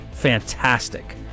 fantastic